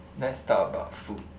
let's talk about food